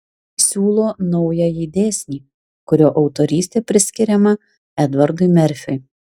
siūlo naująjį dėsnį kurio autorystė priskiriama edvardui merfiui